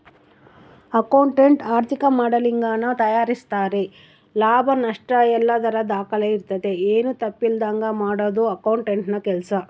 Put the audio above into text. accountant ಆರ್ಥಿಕ ಮಾಡೆಲಿಂಗನ್ನ ತಯಾರಿಸ್ತಾರೆ ಲಾಭ ನಷ್ಟಯಲ್ಲದರ ದಾಖಲೆ ಇರ್ತತೆ, ಏನು ತಪ್ಪಿಲ್ಲದಂಗ ಮಾಡದು ಅಕೌಂಟೆಂಟ್ನ ಕೆಲ್ಸ